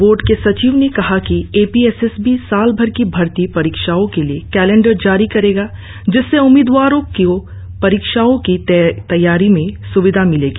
board के सचिव ने कहा कि A P S S B सालभर की भर्ती परीक्षाओं के लिए कैलेंडर जारी करेगा जिससे उम्मीदवारों को परीक्षाओं की तैयारी में स्विधा मिलेगी